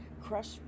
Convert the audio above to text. crush